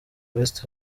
west